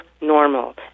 normal